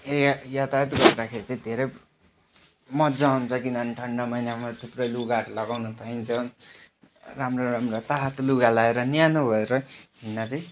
ए यातायात यातायात गर्दाखेरि चाहिँ धेरै मजा हुन्छ किनभने ठन्डा महिनामा थुप्रै लुगाहरू लगाउन पाइन्छ राम्रा राम्रा तातो लुगा लगाएर न्यानो भएर हिँड्दा चाहिँ